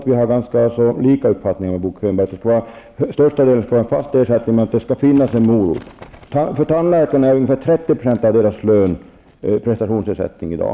Vi har nog en uppfattning som är likartad Bo Könbergs. Största delen skall vara en fast ersättning, men det skall finnas en morot. -- När det gäller tandläkarna är ungefär 30 % av lönen prestationsersättning i dag.